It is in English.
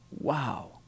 wow